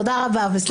תודה רבה וסליחה.